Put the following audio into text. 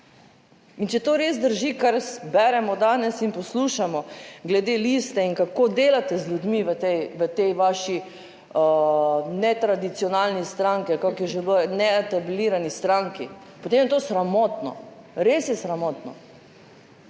In če to res drži kar beremo danes in poslušamo glede liste in kako delate z ljudmi v tej vaši netradicionalni stranki ali kako je že bilo, neaetablirani stranki, potem je to sramotno, res je sramotno.